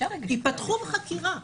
יפתחו בחקירה.